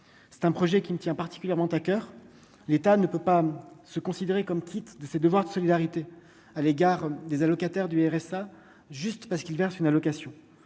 c'est un projet qui me tient particulièrement à coeur : l'État ne peut pas se considérer comme quitte de ses devoirs de solidarité à l'égard des allocataires du RSA juste parce qu'il verse une allocation,